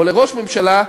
או לראש ממשלה,